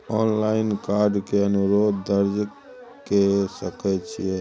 Online card के अनुरोध दर्ज के सकै छियै?